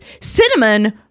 cinnamon